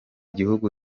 gihugu